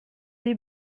des